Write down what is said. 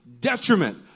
detriment